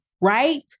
right